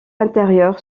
intérieur